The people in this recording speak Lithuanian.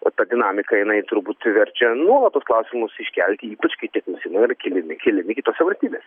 o ta dinamika jinai turbūt verčia nuolat tuos klausimus iškelti ypač kai tie klauismai yra kelimi keliami kitose valstybės